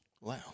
Wow